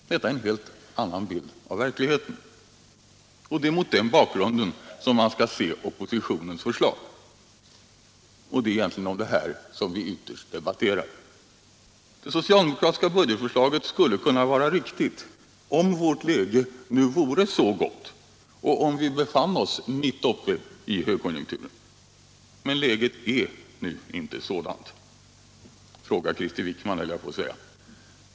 Detta är en helt annan bild av verkligheten. Det är mot den bakgrunden man skall se oppositionens förslag, och det är egentligen om det här som vi ytterst debatterar. Det socialdemokratiska budgetförslaget skulle kunna vara riktigt om vårt läge vore så gott och om vi befann oss mitt uppe i högkonjunkturen. Men läget är nu inte sådant — fråga Krister Wickman, höll jag på att säga.